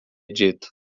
dito